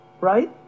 right